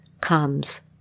comes